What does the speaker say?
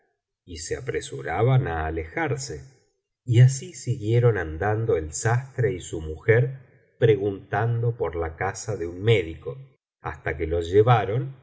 y se apresuraban á alejarse y así siguieron andando el sastre y su mujer preguntando por la casa de un médico hasta que los llevaron